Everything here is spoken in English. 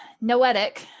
Noetic